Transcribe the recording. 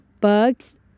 bugs